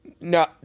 No